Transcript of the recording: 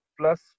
Plus